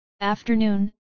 Afternoon